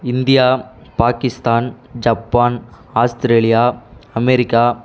India Pakistan Japan Australia America